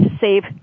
save